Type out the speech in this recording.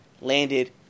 landed